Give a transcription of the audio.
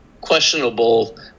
questionable